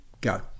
Go